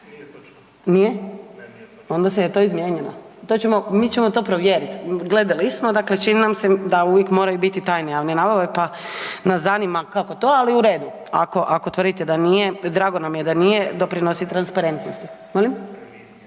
nije/… Onda se je to izmijenjeno. To ćemo, mi ćemo to provjerit. Gledali smo, dakle čini nam se da uvijek moraju bit tajne javne nabave, pa nas zanima kako to, ali u redu, ako, ako tvrdite da nije, drago nam je da nije, doprinosi transparentnosti. Molim?